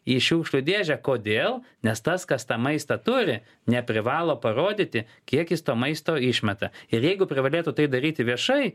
į šiukšlių dėžę kodėl nes tas kas tą maistą turi neprivalo parodyti kiek jis to maisto išmeta ir jeigu privalėtų tai daryti viešai